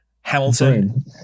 Hamilton